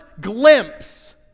glimpse